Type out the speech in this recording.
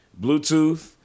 Bluetooth